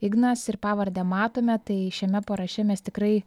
ignas ir pavardę matome tai šiame paraše mes tikrai